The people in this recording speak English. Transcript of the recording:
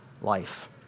life